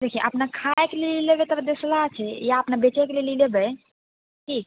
देखिए अपना खाएके लिए लेबै तब देशला छै या अपने बेचैके लिए लेबै की